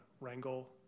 wrangle